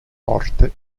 morte